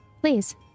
Please